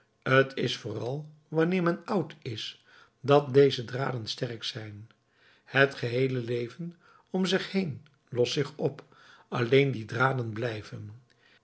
t is vooral wanneer men oud is dat deze draden sterk zijn het geheele leven om zich heen lost zich op alleen die draden blijven